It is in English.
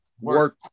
work